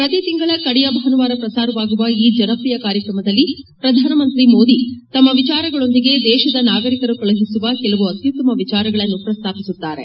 ಪ್ರತಿ ತಿಂಗಳ ಕಡೆಯ ಭಾನುವಾರ ಪ್ರಸಾರವಾಗುವ ಈ ಜನಪ್ರಿಯ ಕಾರ್ಯಕ್ರಮದಲ್ಲಿ ಪ್ರಧಾನಮಂತ್ರಿ ಮೋದಿ ತಮ್ನ ವಿಚಾರಗಳೊಂದಿಗೆ ದೇಶದ ನಾಗರಿಕರು ಕಳುಹಿಸುವ ಕೆಲವು ಅತ್ಯುತ್ತಮ ವಿಚಾರಗಳನ್ನು ಪ್ರಸ್ತಾಪಿಸುತ್ತಾರೆ